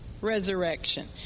resurrection